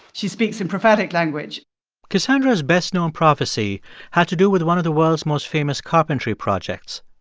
she speaks in prophetic language cassandra's best-known prophecy had to do with one of the world's most famous carpentry projects,